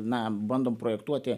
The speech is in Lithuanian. na bandom projektuoti